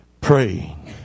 Praying